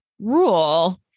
rule